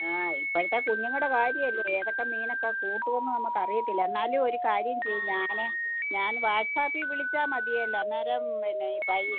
ആ ഇപ്പോഴത്തെ കുഞ്ഞുങ്ങളുടെ കാര്യം അല്ലേ ഏതൊക്കെ മീനൊക്കെ കൂട്ടുമെന്ന് നമുക്ക് അറിയില്ല എന്നാലും ഒരു കാര്യം ചെയ്യ് ഞാൻ ഞാൻ വാട്ട്സാപ്പിൽ വിളിച്ചാൽ മതിയല്ലോ അന്നേരം പിന്നെ ഈ പൈ